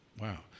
wow